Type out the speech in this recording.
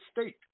state